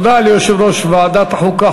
תודה ליושב-ראש ועדת החוקה,